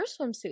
swimsuit